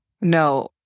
No